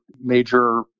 major